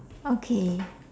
okay